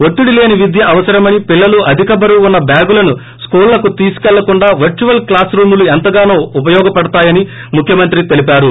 ఒత్తిడి లేని విద్య అవసరమని పిల్లలు అధిక బరువు వున్న బ్యాగులను స్కూళ్ళకు తీసుకెళ్ళకుండా వర్స్వవల్ క్లాస్ రూమ్ లు ఎంతగానో ఉపయోగ పడుతాయని ముఖ్యమంత్రి తెలిపారు